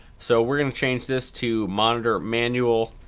so, we're gonna change this to monitor manual.